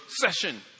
session